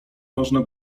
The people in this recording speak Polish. można